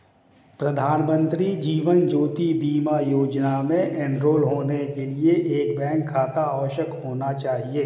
प्रधानमंत्री जीवन ज्योति बीमा योजना में एनरोल होने के लिए एक बैंक खाता अवश्य होना चाहिए